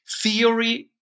theory